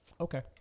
Okay